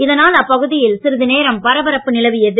இதனால் அப்பகுதியில் சிறிது நேரம் பரபரப்பு நிலவியது